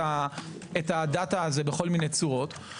בכל מיני צורות.